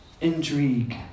Intrigue